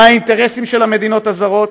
מה האינטרסים של המדינות הזרות,